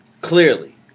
Clearly